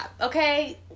okay